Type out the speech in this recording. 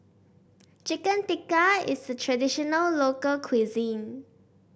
Chicken Tikka is a traditional local cuisine